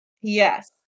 Yes